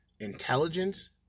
intelligence